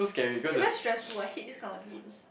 actually very stressful I hate this kind of dreams